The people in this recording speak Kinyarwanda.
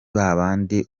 babandi